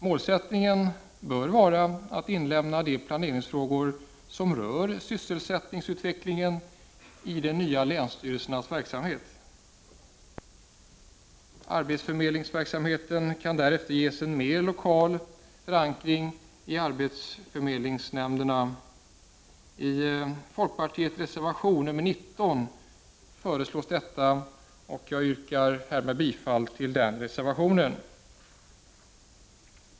Målsättningen bör vara att inlemma de planeringsfrågor som rör sysselsättningsutvecklingen i de nya länsstyrelsernas verksamhet. Arbetsförmedlings verksamheten kan därefter ges en mer lokal förankring i arbetsförmedlingsnämnderna. I folkpartiets reservation 19 föreslås detta, och jag yrkar bifall till denna reservation.